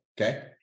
Okay